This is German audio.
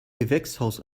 gewächshaus